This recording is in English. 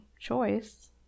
choice